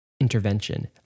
intervention